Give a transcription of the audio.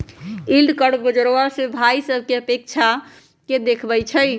yield curve बाजार से भाइ सभकें अपेक्षा के देखबइ छइ